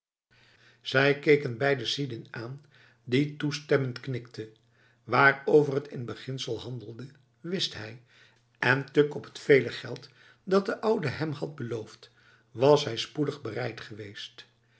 zij keken beiden sidin aan die toestemmend knikte waarover het in beginsel handelde wist hij en tuk op het vele geld dat de oude hem had beloofd was hij spoedig bereid geweest